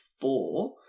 four